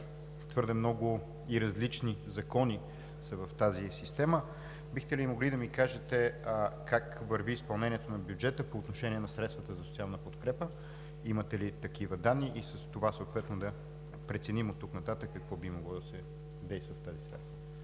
твърде много и различни законите в тази система, бихте ли могли да ми кажете: как върви изпълнението на бюджета по отношение на средствата за социална подкрепа, имате ли такива данни и с това съответно да преценим оттук нататък как би могло да се действа в тази сфера?